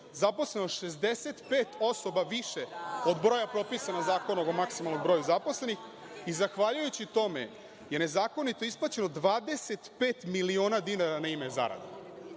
zaposleno 65 osoba više od broja propisanog Zakonom o maksimalnom broju zaposlenih i zahvaljujući tome je nezakonito isplaćeno 25 miliona dinara na ime zarada. Takođe,